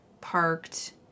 parked